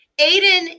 Aiden